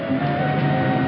and